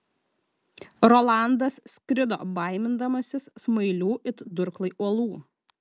rolandas skrido baimindamasis smailių it durklai uolų